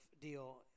deal